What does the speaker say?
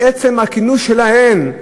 עצם הכינוס שלהן,